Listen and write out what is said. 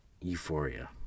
euphoria